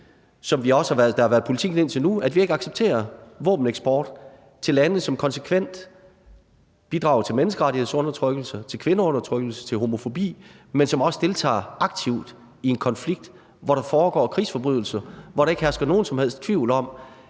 også har været politikken indtil nu, at vi ikke accepterer våbeneksport til lande, som konsekvent bidrager til menneskerettighedsundertrykkelse, til kvindeundertrykkelse, til homofobi, og som også deltager aktivt i en konflikt, hvor der foregår krigsforbrydelser; og hvor der ikke hersker nogen som helst tvivl om,